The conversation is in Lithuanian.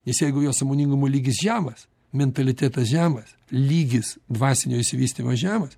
nes jeigu jo sąmoningumo lygis žemas mentalitetas žemas lygis dvasinio išsivystymo žemas